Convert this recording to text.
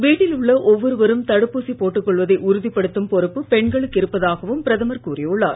வீட்டில் உள்ள ஒவ்வொருவரும் தடுப்பூசி போட்டுக் கொள்வதை உறுதிப்படுத்தும் பொறுப்பு பெண்களுக்கு இருப்பதாகவும் பிரதமர் கூறி உள்ளார்